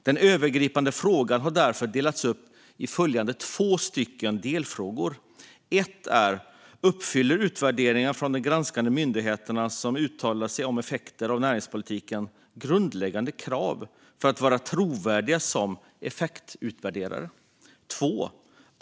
Den övergripande frågan har därefter delats upp i följande två delfrågor: Uppfyller utvärderingar från de granskade myndigheterna som uttalar sig om effekter av näringspolitiken grundläggande krav för att vara trovärdiga som effektutvärderingar?